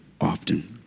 often